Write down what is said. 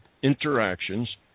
interactions